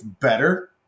better